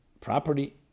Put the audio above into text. property